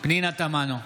פנינה תמנו,